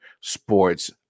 Sports